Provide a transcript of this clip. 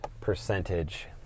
percentage